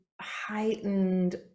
heightened